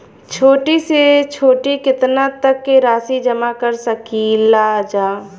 छोटी से छोटी कितना तक के राशि जमा कर सकीलाजा?